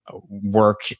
work